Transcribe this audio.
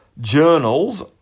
journals